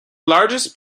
largest